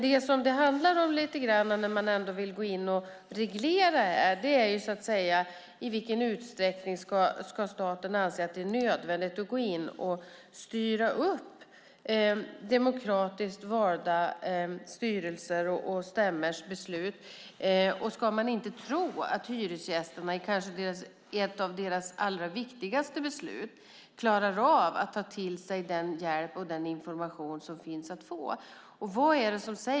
Det som det lite grann handlar om när man vill gå in och reglera är i vilken utsträckning staten ska anse att det är nödvändigt att gå in och styra upp demokratiskt valda styrelsers och stämmors beslut. Ska man inte tro att hyresgästerna i ett av deras kanske allra viktigaste beslut klarar av att ta till sig den hjälp och den information som finns att få?